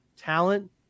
talent